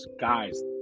Guys